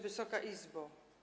Wysoka Izbo!